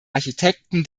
architekten